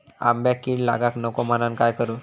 आंब्यक कीड लागाक नको म्हनान काय करू?